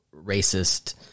racist